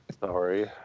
Sorry